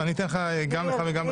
אני חושב שזו אמירה